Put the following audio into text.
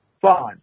Fine